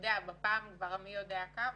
בפעם כבר המי יודע כמה,